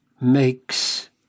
makes